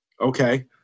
okay